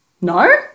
No